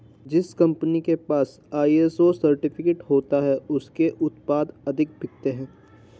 जिस कंपनी के पास आई.एस.ओ सर्टिफिकेट होता है उसके उत्पाद अधिक बिकते हैं